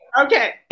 Okay